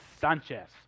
Sanchez